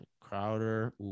Crowder